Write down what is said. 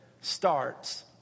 starts